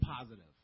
positive